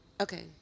Okay